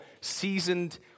seasoned